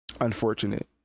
unfortunate